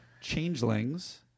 Changelings